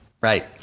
Right